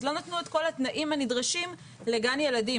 אז לא נתנו את כל התנאים הנדרשים לגן ילדים.